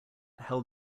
held